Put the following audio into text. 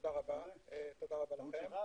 תודה רבה לכם.